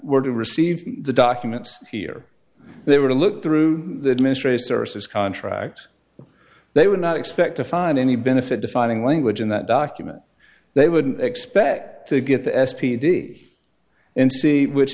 were to receive the documents here they were to look through the administrative services contract they would not expect to find any benefit defining language in that document they would expect to get the s p d in c which